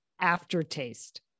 aftertaste